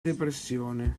depressione